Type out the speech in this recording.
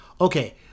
okay